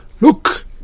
Look